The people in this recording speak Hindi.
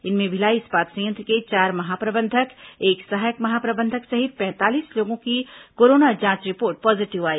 इनमें भिलाई इस्पात संयंत्र के चार महाप्रबंधक एक सहायक महाप्रबंधक सहित पैंतालीस लोगों की कोरोना जांच रिपोर्ट पॉजीटिव आई